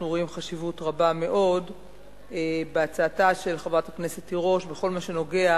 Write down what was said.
אנחנו רואים חשיבות רבה מאוד בהצעתה של חברת הכנסת תירוש בכל מה שנוגע